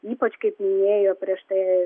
ypač kaip minėjo prieš tai